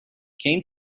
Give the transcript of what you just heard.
came